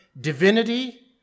divinity